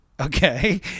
okay